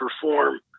perform